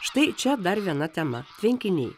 štai čia dar viena tema tvenkiniai